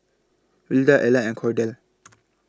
Wilda Ela and Kordell